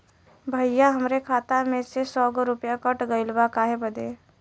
भईया हमरे खाता में से सौ गो रूपया कट गईल बा काहे बदे?